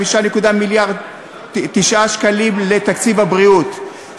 5.9 מיליארד שקלים לתקציב הבריאות,